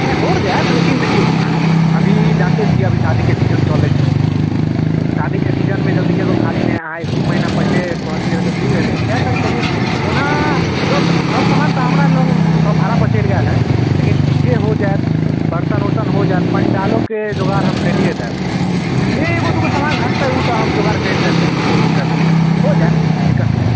नहि हो जाएत लेकिन देखिऔ अभी जानिते छिए अभी शादीके सीजन चलै छै तऽ शादीके सीजनमे जल्दीके एगो खाली नहि हैत अहाँ एक दुइ महिना पहिले कहतिए रहै तऽ ठीक रहै लेकिन चारि तारीख कहलिए हँ ओना सबसँ सब समान तऽ हमरा लग सब भाड़ापर चलि गेल हइ लेकिन डी जे हो जाएत बरतन उरतन हो जाएत पण्डालोके जोगार हम करिए देब जे एगो दुइगो समान घटतै ओ तऽ हम जोगार करि देब कहीँसँ कोइ दिक्कत नहि हो जाएत दिक्कत नहि हइ